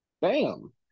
Bam